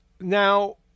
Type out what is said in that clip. Now